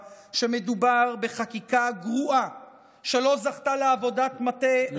שמדובר בחקיקה גרועה שלא זכתה לעבודת מטה ראויה.